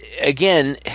again